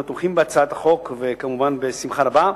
אנחנו תומכים בהצעת החוק, כמובן, בשמחה רבה.